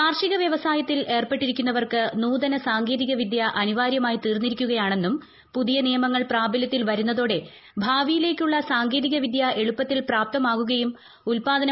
കാർഷിക വൃവസായത്തിൽ ഏർപ്പെട്ടിരിക്കുന്നവർക്ക് നുതന സാങ്കേതികവിദ്യ അനിവാര്യമായി തീർന്നിരിക്കുകയാണെന്നും പുതിയ നിയമങ്ങൾ പ്രാബലൃത്തിൽ വരുന്നതോടെ ഭാവിയിലേക്കുള്ള സങ്കേതികവിദ്യ എളുപ്പത്തിൽ പ്രാപ്തമാകുകയും ഉല്പാദനം